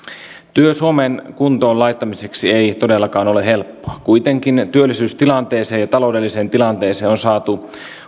työ suomen kuntoon laittamiseksi ei todellakaan ole helppoa kuitenkin työllisyystilanteeseen ja taloudelliseen tilanteeseen on saatu